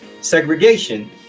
segregation